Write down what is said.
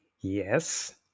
Yes